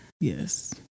Yes